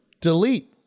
delete